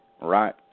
right